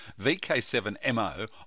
VK7MO